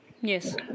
Yes